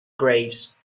graves